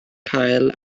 cael